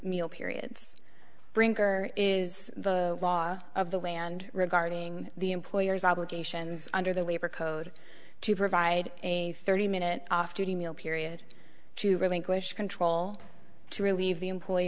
meal periods brinker is the law of the land regarding the employer's obligations under the labor code to provide a thirty minute off duty meal period to relinquish control to relieve the employee